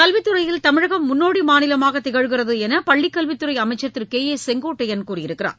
கல்வித் துறையில் தமிழகம் முன்னோடி மாநிலமாக திகழ்கிறது என்று பள்ளி கல்வித்துறை அமைச்சர் திரு கே ஏ செங்கோட்டையன் கூறியுள்ளார்